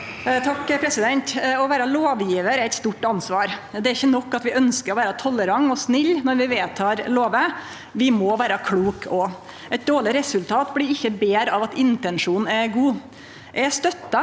(Sp) Å vere lovgjevar er eit stort ansvar. Det er ikkje nok at vi ønskjer å vere tolerante og snille når vi vedtek lover, vi må vere kloke òg. Eit dårleg resultat blir ikkje betre av at intensjonen er god. Eg støttar